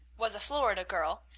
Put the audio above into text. was a florida girl,